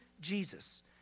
Jesus